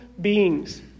beings